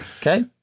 Okay